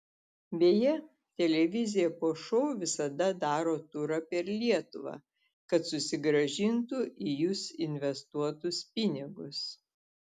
beje televizija po šou visada daro turą per lietuvą kad susigrąžintų į jus investuotus pinigus